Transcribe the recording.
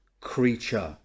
creature